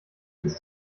ist